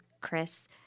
Chris